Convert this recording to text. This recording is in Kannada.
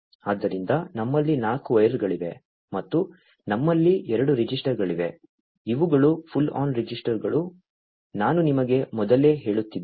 ಆದ್ದರಿಂದ ನಮ್ಮಲ್ಲಿ 4 ವೈರ್ಗಳಿವೆ ಮತ್ತು ನಮ್ಮಲ್ಲಿ 2 ರೆಜಿಸ್ಟರ್ಗಳಿವೆ ಇವುಗಳು ಪುಲ್ ಆನ್ ರಿಜಿಸ್ಟರ್ಗಳು ನಾನು ನಿಮಗೆ ಮೊದಲೇ ಹೇಳುತ್ತಿದ್ದೆ